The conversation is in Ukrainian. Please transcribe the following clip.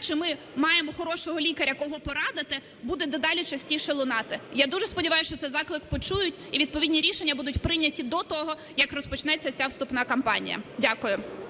чи ми маємо хорошого лікаря, кого порадити, буде дедалі частіше лунати. Я дуже сподіваюся, що цей заклик почують і відповідні рішення будуть прийняті до того, як розпочнеться ця вступна кампанія. Дякую.